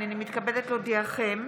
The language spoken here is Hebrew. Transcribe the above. הינני מתכבדת להודיעכם,